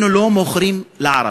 אנחנו לא מוכרים לערבים.